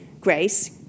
Grace